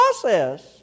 process